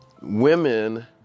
women